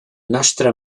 nostra